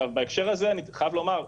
בהקשר הזה אני חייב לומר,